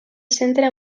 centre